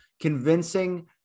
convincing